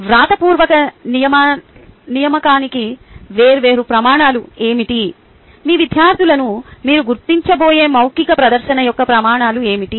వ్రాతపూర్వక నియామకానికి వేర్వేరు ప్రమాణాలు ఏమిటి మీ విద్యార్థులను మీరు గుర్తించబోయే మౌఖిక ప్రదర్శన యొక్క ప్రమాణాలు ఏమిటి